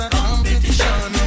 competition